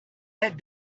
had